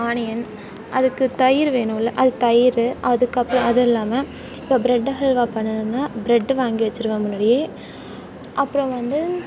onion அதுக்கு தயிர் வேணும்ல அதுக்கு தயிர் அதுக்கப்புறோம் அது இல்லாமல் இப்போது ப்ரெட் ஹல்வா பண்ணணுனா ப்ரெட்டு வாங்கி வெச்சுருவேன் முன்னாடியே அப்புறோம் வந்து